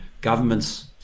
governments